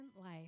life